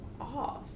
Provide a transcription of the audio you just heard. off